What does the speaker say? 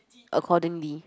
accordingly